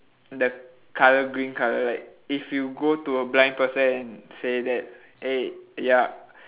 the colour green colour like if you go to a blind person and say that hey ya